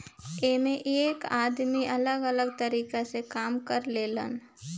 एइमें एक आदमी अलग अलग तरीका के काम करें लेन